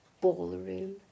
ballroom